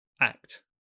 act